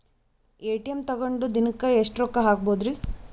ATM ತಗೊಂಡ್ ದಿನಕ್ಕೆ ಎಷ್ಟ್ ರೊಕ್ಕ ಹಾಕ್ಬೊದ್ರಿ?